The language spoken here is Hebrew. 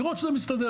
לראות שזה מסתדר.